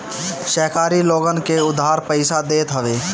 सहकारी लोगन के उधार पईसा देत हवे